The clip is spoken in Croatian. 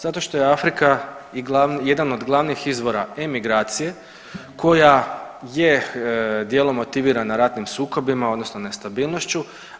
Zato što je Afrika i jedan od glavnih izvora emigracije koja je dijelom motivirana ratnim sukobima, odnosno nestabilnošću.